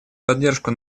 поддержку